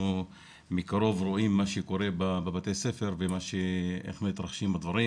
אנחנו רואים מקרוב מה שקורה בבתי הספר ואיך הדברים נעשים.